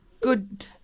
good